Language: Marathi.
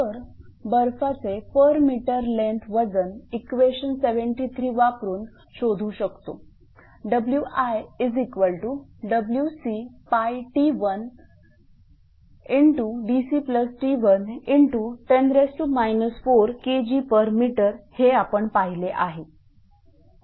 तर बर्फाचे पर मिटर लेन्थ वजन इक्वेशन 73 वापरून शोधू शकतो WiWct1dct1×10 4Kgm हे आपण पाहिले आहे